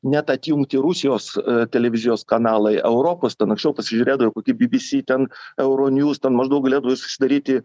net atjungti rusijos televizijos kanalai europos ten anksčiau pasižiūrėdavau kokį by by sy ten euroniūs ten maždaug galėdavai susidaryti